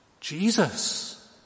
Jesus